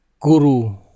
guru